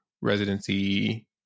residency